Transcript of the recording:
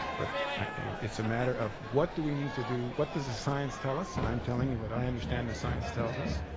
but it's a matter of what do we need to do, what does the science tell us, and i'm telling you what i understand the science tells us.